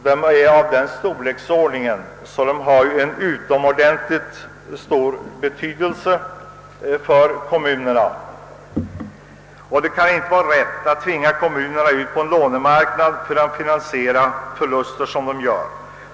De är av den storleksordning att de har en utomordentligt stor betydelse för kommunerna. Det kan inte vara rätt att tvinga kommunerna ut på lånemarknaden för att finansiera de förluster som de sålunda gör.